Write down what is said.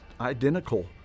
Identical